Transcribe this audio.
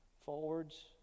Forwards